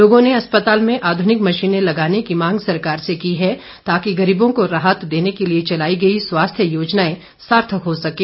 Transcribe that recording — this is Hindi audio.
लोगों ने अस्पताल में आधुनिक मशीनें लगाने की मांग सरकार से की है ताकि गरीबों को राहत देने के लिए चलाई गई स्वास्थ्य योजनाएं सार्थक हो सकें